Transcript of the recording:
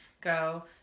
go